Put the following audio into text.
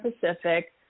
Pacific